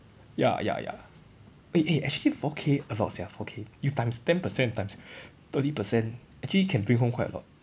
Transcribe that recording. ya ya ya eh eh actually four K a lot sia four K you times ten percent times thirty percent actually can bring home quite a lot